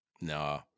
no